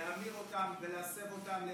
להמיר אותם ולהסב אותם,